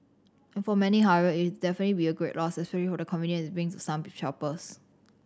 for many however it'll definitely be a great loss especially for the convenience it brings to some shoppers